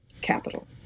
capital